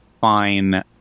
fine